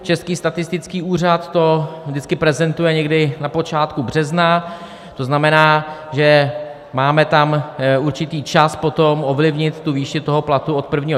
Český statistický úřad to vždycky prezentuje někdy na počátku března, to znamená, že tam máme určitý čas potom ovlivnit výši toho platu od 1. července.